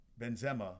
Benzema